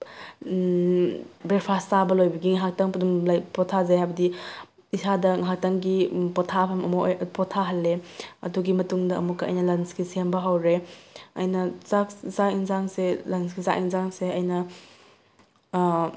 breakfast ꯆꯥꯕ ꯂꯣꯏꯕꯒꯤ ꯉꯥꯏꯍꯥꯛꯇꯪ ꯑꯗꯨꯝ ꯂꯥꯏꯛ ꯄꯣꯊꯥꯖꯩ ꯍꯥꯏꯕꯗꯤ ꯏꯁꯥꯗ ꯉꯥꯏꯍꯥꯛꯇꯪꯒꯤ ꯄꯣꯊꯥꯐꯝ ꯑꯃ ꯑꯣꯏ ꯄꯣꯊꯥꯍꯜꯂꯦ ꯑꯗꯨꯒꯤ ꯃꯇꯨꯡꯗ ꯑꯃꯨꯛꯀ ꯑꯩꯅ ꯂꯟꯁꯀꯤ ꯁꯦꯝꯕ ꯍꯧꯔꯦ ꯑꯩꯅ ꯆꯥꯛ ꯆꯥꯛ ꯌꯦꯟꯁꯥꯡꯁꯦ ꯂꯟꯁꯀꯤ ꯆꯥꯛ ꯌꯦꯟꯁꯥꯡꯁꯦ ꯑꯩꯅ